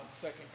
second